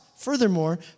Furthermore